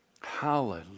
Hallelujah